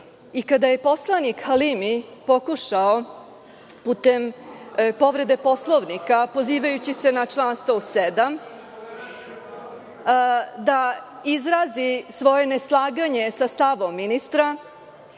i kada je poslanik Halimi pokušao putem povrede Poslovnika, pozivajući se na član 107. da izrazi svoje neslaganje sa stavom ministra,